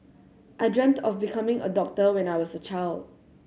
I dreamt of becoming a doctor when I was a child